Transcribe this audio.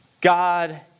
God